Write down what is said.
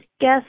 guess